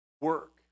work